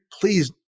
please